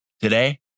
Today